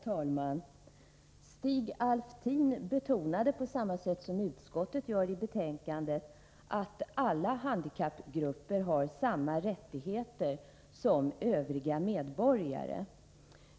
Herr talman! Stig Alftin betonade, på samma sätt som utskottet gör i sitt betänkande, att alla handikappgrupper har samma rättigheter som övriga medborgare.